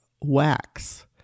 wax